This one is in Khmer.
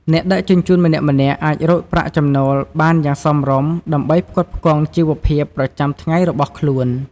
អ្នកដឹកជញ្ជូនម្នាក់ៗអាចរកប្រាក់ចំណូលបានយ៉ាងសមរម្យដើម្បីផ្គត់ផ្គង់ជីវភាពប្រចាំថ្ងៃរបស់ខ្លួន។